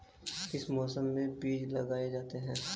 किस मौसम में बीज लगाए जाते हैं?